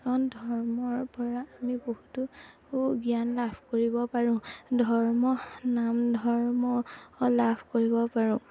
ধৰ্মৰ পৰা আমি বহুতো জ্ঞান লাভ কৰিব পাৰোঁ ধৰ্ম নাম ধৰ্ম লাভ কৰিব পাৰোঁ